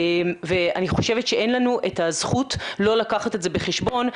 ואני חושבת שאין לנו את הזכות לא לקחת את זה בחשבון.